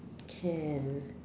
can